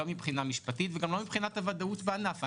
לא מבחינה משפטית וגם לא מבחינת הוודאות בענף.